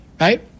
Right